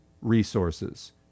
resources